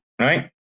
right